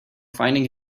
finding